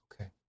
Okay